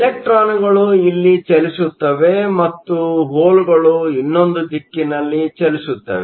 ಇಲೆಕ್ಟ್ರಾನ್Electronಗಳು ಇಲ್ಲಿ ಚಲಿಸುತ್ತವೆ ಮತ್ತು ಹೋಲ್ಗಳು ಇನ್ನೊಂದು ದಿಕ್ಕಿನಲ್ಲಿ ಚಲಿಸುತ್ತವೆ